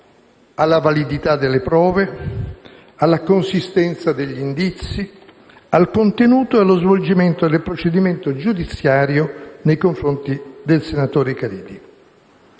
alla validità delle prove, alla consistenza degli indizi, al contenuto e allo svolgimento del procedimento giudiziario nei confronti del senatore Caridi.